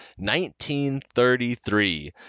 1933